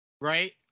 Right